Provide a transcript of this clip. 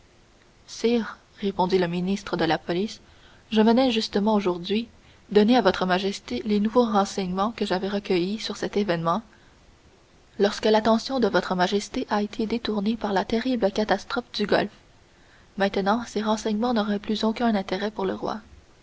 sire répondit le ministre de la police je venais justement aujourd'hui donner à votre majesté les nouveaux renseignements que j'avais recueillis sur cet événement lorsque l'attention de votre majesté a été détournée par la terrible catastrophe du golfe maintenant ces renseignements n'auraient plus aucun intérêt pour le roi